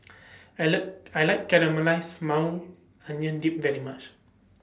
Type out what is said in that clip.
I like I like Caramelized Onion Dip very much